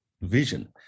vision